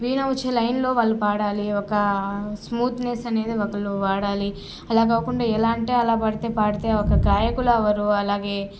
వీణ వచ్చే లైన్లో వాళ్ళు పాడాలి ఒక స్మూత్ నెస్ అనేది ఒకలు వాడాలి అలా కాకుండా ఎలా అంటే అలా పడితే పాడితే ఒక గాయకులు అవ్వరు అలాగే